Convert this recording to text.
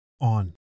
on